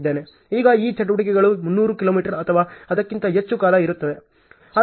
ಈಗ ಈ ಚಟುವಟಿಕೆಗಳು 300 ಕಿಲೋಮೀಟರ್ ಅಥವಾ ಅದಕ್ಕಿಂತ ಹೆಚ್ಚು ಕಾಲ ಇರುತ್ತವೆ